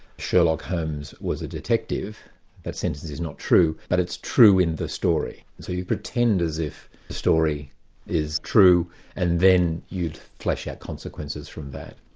sherlock holmes was a detective that sentence is not true, but it's true in the story. so you pretend as if the story is true and then you flesh out consequences from that.